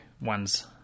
one's